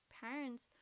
parents